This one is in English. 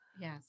Yes